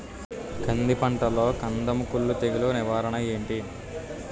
కంది పంటలో కందము కుల్లు తెగులు నివారణ ఏంటి?